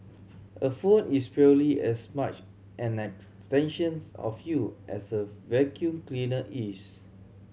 a phone is purely as much an extensions of you as a vacuum cleaner is